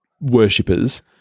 worshippers